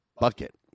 bucket